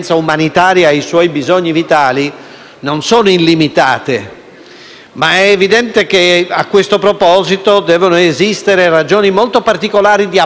è evidente però che a questo proposito devono esistere ragioni molto particolari di appropriatezza dei trattamenti